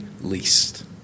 least